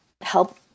help